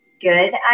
good